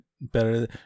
better